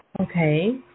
Okay